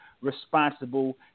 responsible